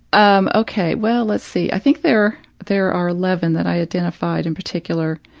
um, okay. well, let's see i think there there are eleven that i identified in particular,